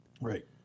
Right